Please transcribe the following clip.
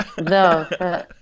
no